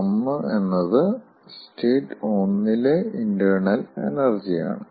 U1 എന്നത് state 1 ലെ internal energy ആണ്